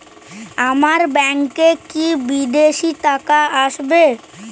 আমার ব্যংকে কি বিদেশি টাকা আসবে?